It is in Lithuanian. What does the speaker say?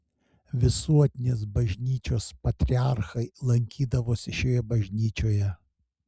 visuotinės bažnyčios patriarchai lankydavosi šioje bažnyčioje